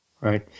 Right